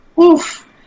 oof